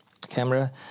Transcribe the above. camera